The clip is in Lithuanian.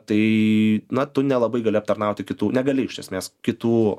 tai na tu nelabai gali aptarnauti kitų negali iš esmės kitų